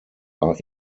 are